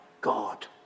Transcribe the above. God